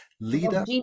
leader